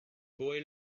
boy